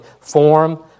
form